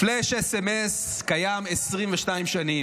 פלאש סמ"ס קיים 22 שנים.